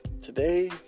today